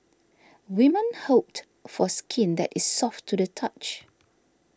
women hoped for skin that is soft to the touch